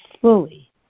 fully